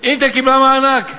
"אינטל" קיבלה מענק,